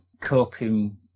coping